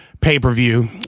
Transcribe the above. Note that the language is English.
pay-per-view